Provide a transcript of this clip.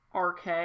RK